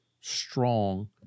strong